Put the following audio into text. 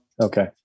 okay